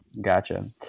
Gotcha